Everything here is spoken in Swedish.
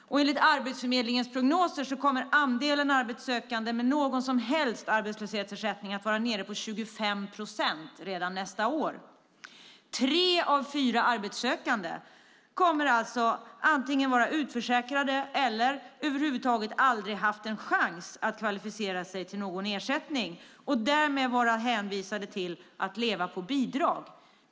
Enligt Arbetsförmedlingens prognoser kommer andelen arbetssökande med någon som helst arbetslöshetsersättning att vara nere på 25 procent redan nästa år. Tre av fyra arbetssökande kommer alltså att vara utförsäkrade eller har över huvud taget aldrig haft en chans att kvalificera sig till någon ersättning. Därmed kommer de att vara hänvisade till att leva på bidrag.